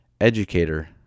educator